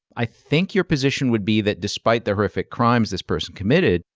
i think your position would be that despite the horrific crimes this person committed,